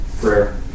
prayer